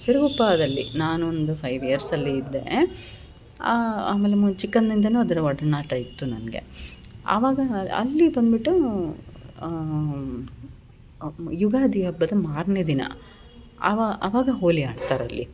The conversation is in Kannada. ಸಿರಗುಪ್ಪಾದಲ್ಲಿ ನಾನೊಂದು ಫೈವ್ ಇಯರ್ಸ್ ಅಲ್ಲಿ ಇದ್ದೇ ಆಮೇಲೆ ಮುಂ ಚಿಕ್ಕನಿಂದ ಅದರ ಒಡನಾಟ ಇತ್ತು ನನಗೆ ಆವಾಗ ಅಲ್ಲಿ ಬಂದ್ಬಿಟ್ಟು ಯುಗಾದಿ ಹಬ್ಬದ ಮಾರನೇ ದಿನ ಆವಾ ಆವಾಗ ಹೋಳಿ ಆಡ್ತಾರೆ ಅಲ್ಲಿ